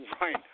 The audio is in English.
Right